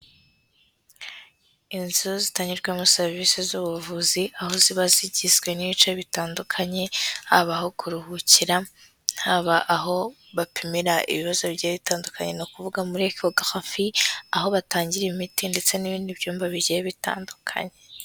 Inzu zitangirwarwemo serivisi z'ubuvuzi, aho ziba zigizwe n'ibice bitandukanye, haba aho kuruhukira, haba aho bapimira ibibazo bigiye bitandukanye n'ukuvuga muri ecography. Aho batangira imiti ndetse n'ibindi byumba bigiye bitandukanye.